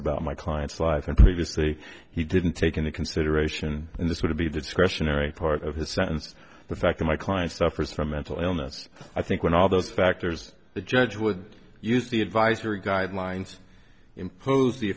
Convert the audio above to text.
about my client's life and previously he didn't take into consideration and this would be the discretionary part of his sentence the fact that my client suffers from mental illness i think when all those factors the judge would use the advisory guidelines impose the